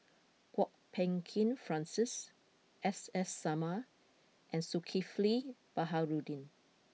Kwok Peng Kin Francis S S Sarma and Zulkifli Baharudin